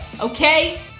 okay